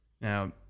Now